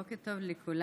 בוקר טוב לכולם.